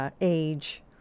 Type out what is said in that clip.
age